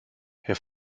herr